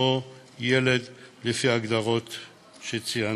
עמו ילד לפי הגדרות שציינתי.